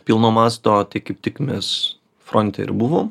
pilno masto tai kaip tik mes fronte ir buvom